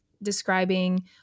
describing